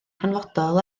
hanfodol